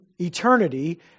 Eternity